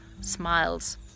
smiles